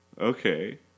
okay